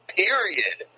period